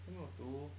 都没有读